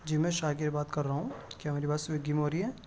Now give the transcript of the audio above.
جی میں شاکر بات کر رہا ہوں کیا میری بات سویگی میں ہو رہی ہے